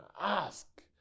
ask